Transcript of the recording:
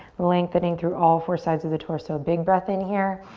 lengthening through all four sides of the torso. big breath in here.